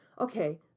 okay